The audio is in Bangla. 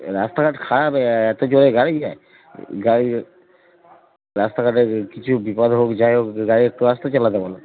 রাস্তাঘাট খারাপ এত জোরে গাড়ি যায় গাড়ি রাস্তাঘাটের কিছু বিপদ হোক যাই হোক গাড়ি একটু রাস্তা চালাতে বলো